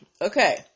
Okay